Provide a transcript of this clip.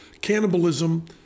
cannibalism